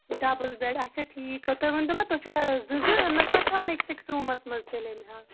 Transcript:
double bed اچھا ٹھیٖک تُہۍ ؤنۍتو مےٚ تُہۍ چھُوا زٕ زٕ نَفر تھاوان أکِس أکِس روٗمَس منٛز تیٚلہِ اَمہِ حالہٕ